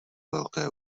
velké